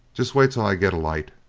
just wait till i get a light,